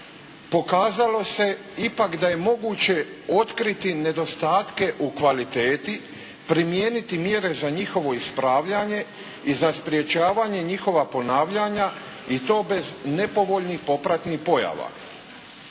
pokazalo se je ipak da je moguće otkriti nedostatke u kvaliteti, primijeniti mjere za njihovo ispravljanje i za sprječavanje njihova ponavljanja i to bez nepovoljnih popratnih pojava.